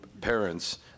parents